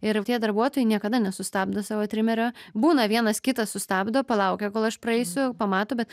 ir tie darbuotojai niekada nesustabdo savo trimerio būna vienas kitas sustabdo palaukia kol aš praeisiu pamato bet